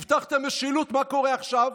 הבטחת משילות, מה קורה עכשיו?